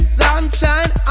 sunshine